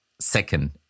second